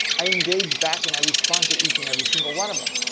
i engage back and i respond to each and every single one of them.